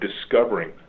discovering